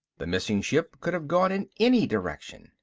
the missing ship could have gone in any direction.